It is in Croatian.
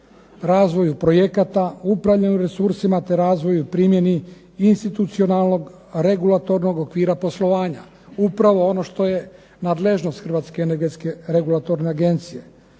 razvoju projekata, upravljanju resursima te razvoju i primjeni institucionalnog regulatornog okvira poslovanja, upravo ono što je nadležnost Hrvatske energetske regulatorne agencije.